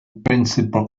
principle